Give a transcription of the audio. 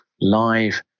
live